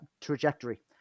trajectory